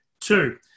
Two